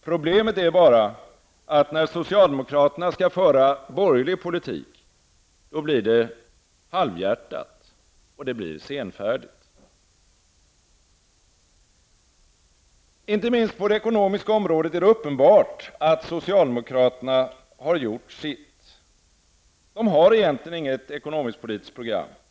Problemet är bara att när socialdemokraterna skall föra borgerlig politik, blir det halvhjärtat och senfärdigt. Inte minst på det ekonomiska området är det uppenbart att socialdemokraterna har gjort sitt. De har egentligen inget ekonomisk-politikskt program.